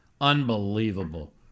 Unbelievable